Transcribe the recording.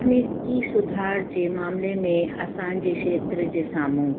तकनीकी सुधार जे मामिले में असांजे खेत्र जे साम्हूं